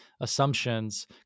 assumptions